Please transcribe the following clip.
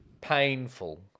Painful